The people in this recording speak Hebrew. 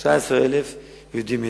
יהודים מאתיופיה.